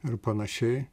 ir panašiai